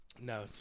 no